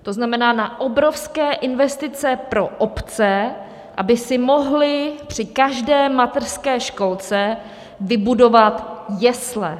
To znamená na obrovské investice pro obce, aby si mohly při každé mateřské školce vybudovat jesle.